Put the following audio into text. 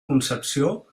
concepció